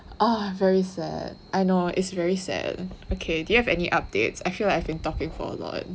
ah very sad I know is very sad okay do you have any updates I feel like I've been talking for a lot